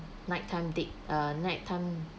nighttime date uh nighttime